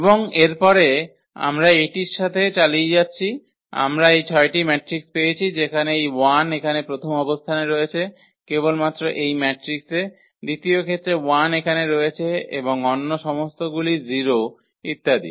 এবং এরপরে আমরা এটির সাথে চালিয়ে যাচ্ছি আমরা এই ছয়টি ম্যাট্রিক পেয়েছি যেখানে এই 1 এখানে প্রথম অবস্থানে রয়েছে কেবলমাত্র এই ম্যাট্রিক্সে দ্বিতীয় ক্ষেত্রে 1 এখানে রয়েছে এবং অন্য সমস্তগুলি 0 ইত্যাদি